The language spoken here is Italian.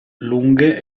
lunghe